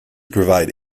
provide